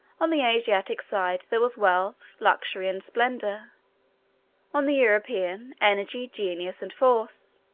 on the asiatic side there was wealth, luxury, and splendor on the european, energy, genius, and force.